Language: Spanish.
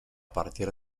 partir